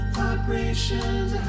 vibrations